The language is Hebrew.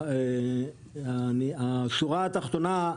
השורה התחתונה,